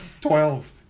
twelve